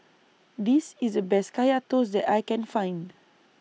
This IS The Best Kaya Toast that I Can Find